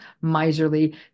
miserly